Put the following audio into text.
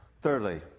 thirdly